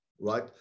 right